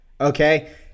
okay